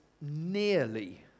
nearly